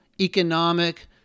economic